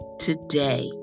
today